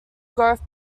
growth